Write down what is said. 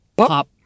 pop